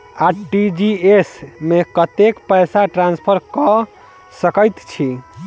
RTGS मे कतेक पैसा ट्रान्सफर कऽ सकैत छी?